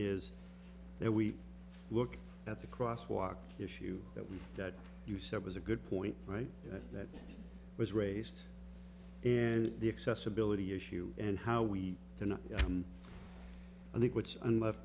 is that we look at the cross walk issue that we that you said was a good point right that was raised and the accessibility issue and how we are not i think what's unless